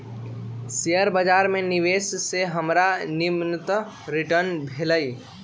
share बाजार में निवेश से हमरा निम्मन रिटर्न भेटल